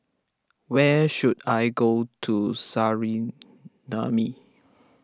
where should I go to Suriname